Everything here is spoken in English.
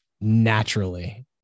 naturally